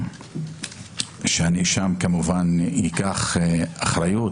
שהנאשם כמובן ייקח אחריות,